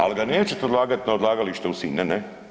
Ali ga nećete odlagati u odlagalište u Sinj, ne, ne.